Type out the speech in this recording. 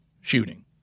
shooting